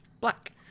black